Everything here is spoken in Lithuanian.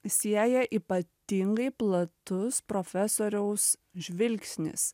sieja ypatingai platus profesoriaus žvilgsnis